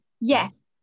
Yes